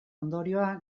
ondorioa